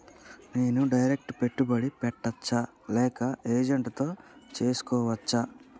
నేను డైరెక్ట్ పెట్టుబడి పెట్టచ్చా లేక ఏజెంట్ తో చేస్కోవచ్చా?